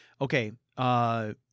okay